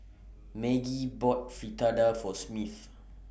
Maggie bought Fritada For Smith